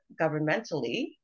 governmentally